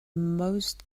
most